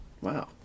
Wow